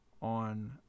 On